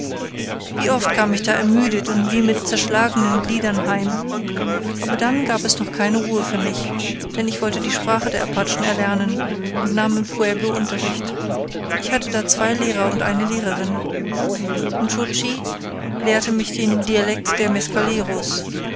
wie oft kam ich da ermüdet und wie mit zerschlagenen gliedern heim aber dann gab es noch keine ruhe für mich denn ich wollte die sprache der apachen erlernen und nahm im pueblo unterricht ich hatte da zwei lehrer und eine lehrerin nscho tschi lehrte mich den dialekt der